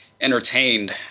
entertained